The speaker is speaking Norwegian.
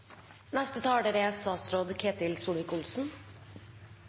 Neste talar er statsråd